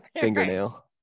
fingernail